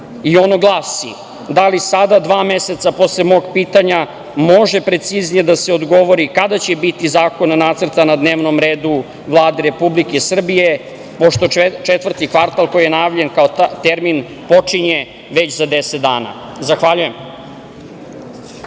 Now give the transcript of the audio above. glasi – da li sada dva meseca posle mog pitanja može preciznije da se odgovori kada će biti zakona, nacrta na dnevnom redu Vlade Republike Srbije, pošto četvrti kvartal koji je najavljen kao termin počinje već za deset dana? Zahvaljujem.